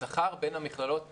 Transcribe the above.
בשכר בין המכללות היום.